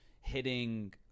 hitting